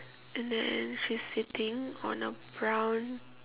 and then she's sitting on a brown